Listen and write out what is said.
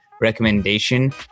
recommendation